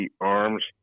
Arms